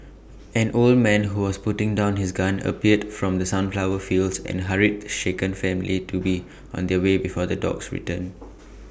an old man who was putting down his gun appeared from the sunflower fields and hurried the shaken family to be on their way before the dogs return